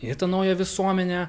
ir naują visuomenę